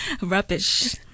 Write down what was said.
rubbish